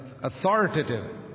authoritative